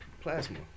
plasma